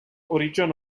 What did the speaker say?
origin